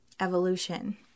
evolution